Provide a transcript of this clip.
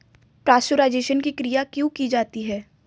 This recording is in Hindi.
पाश्चुराइजेशन की क्रिया क्यों की जाती है?